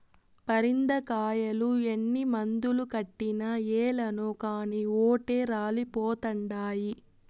పరింద కాయలు ఎన్ని మందులు కొట్టినా ఏలనో కానీ ఓటే రాలిపోతండాయి